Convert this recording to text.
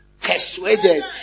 persuaded